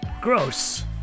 Gross